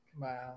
Wow